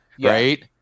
right